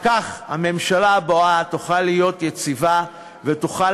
רק כך הממשלה הבאה תוכל להיות יציבה ותוכל